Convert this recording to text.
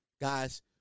Guys